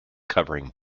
covering